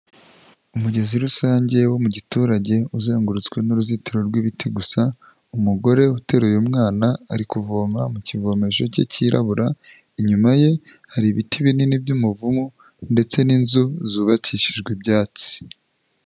Umugezi rusange wo mu giturage uzengurutswe n'uruzitiro rw'ibiti gusa, umugore uteru uyu mwana ari kuvoma mu kivomesho cye cyirabura, inyuma ye hari ibiti binini by'umuvumu ndetse n'inzu zubakishijwe ibyatsi.